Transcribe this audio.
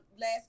last